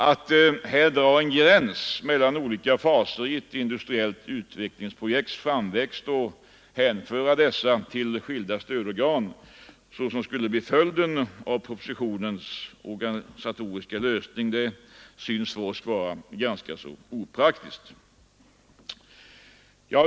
Att här dra en gräns mellan olika faser i ett industriellt utvecklingsprojekts framväxt och hänföra dessa till skilda stödorgan, vilket skulle bli följden av propositionens organisatoriska lösning, synes oss vara ganska opraktiskt.